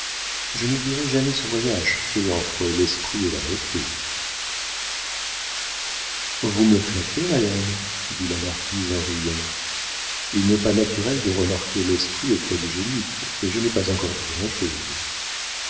je n'oublierai jamais ce voyage fait entre l'esprit et la beauté vous me flattez madame dit la marquise en riant il n'est pas naturel de remarquer l'esprit auprès du génie et je n'ai pas encore dit grand'chose